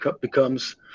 becomes